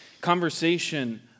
conversation